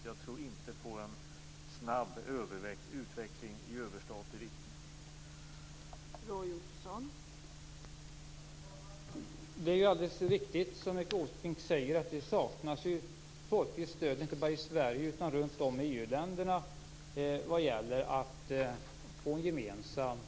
Jag tror inte på en snabb utveckling i överstatlig riktning.